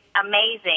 amazing